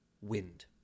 wind